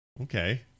Okay